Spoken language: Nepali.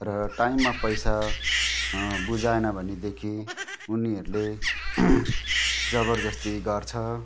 र टाइममा पैसा बुझाएन भनेदेखि उनीहरूले जबर्जस्ती गर्छ